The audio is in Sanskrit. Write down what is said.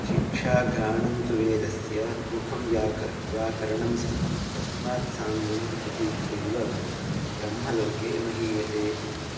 शिक्षा घ्राणं तु वेदस्य मुखं व्याकरणं व्याकरणं स्मृतं तस्मात् साङ्गम् अधीत्यैव ब्रह्मलोके महीयते इति